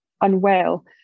unwell